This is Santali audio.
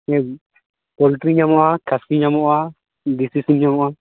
ᱯᱚᱞᱴᱨᱤ ᱧᱟᱢᱚᱜᱼᱟ ᱠᱷᱟᱹᱥᱤ ᱧᱟᱢᱚᱜᱼᱟ ᱫᱮᱥᱤ ᱥᱤᱢ ᱧᱟᱢᱚᱜᱼᱟ